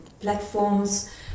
platforms